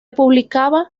publicaba